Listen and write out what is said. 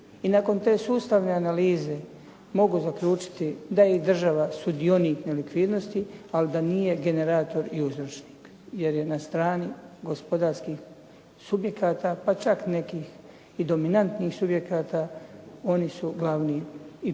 I nakon te sustavne analize mogu zaključiti da je i država sudionik nelikvidnosti ali da nije generator i uzročnik, jer je na strani gospodarskih subjekata, pa čak nekih i dominantnih subjekata, oni su glavni i poticajni